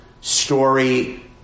story